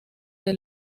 con